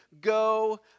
go